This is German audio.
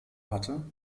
hatte